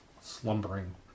slumbering